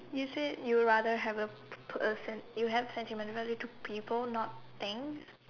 you said you rather have a you you have a sentimental value to people not things